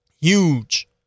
huge